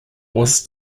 was